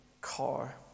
car